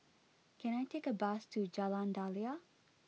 can I take a bus to Jalan Daliah